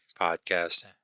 podcast